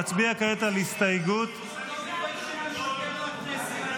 נצביע כעת על הסתייגות --- אתם לא מתביישים לשקר לכנסת.